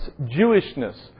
Jewishness